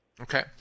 Okay